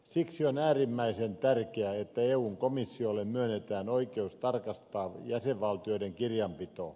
siksi on äärimmäisen tärkeää että eun komissiolle myönnetään oikeus tarkastaa jäsenvaltioiden kirjanpito